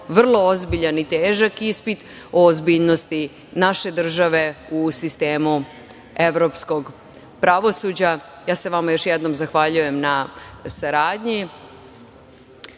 vrlo ozbiljan i težak ispit o ozbiljnosti naše države u sistemu evropskog pravosuđa. Još jednom vam se zahvaljujem na saradnji